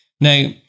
Now